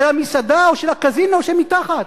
של המסעדה או של הקזינו שמתחת.